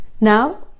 now